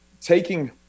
taking